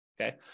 okay